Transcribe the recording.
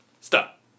Stop